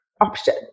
option